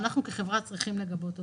אנחנו כחברה צריכים לגבות אותה.